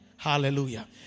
Hallelujah